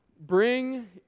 Bring